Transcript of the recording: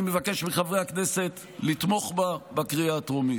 אני מבקש מחברי הכנסת לתמוך בה בקריאה הטרומית.